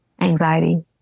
anxiety